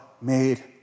made